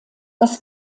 das